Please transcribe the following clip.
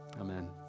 Amen